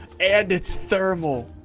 and it's thermal